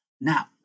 Now